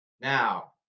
Now